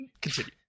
continue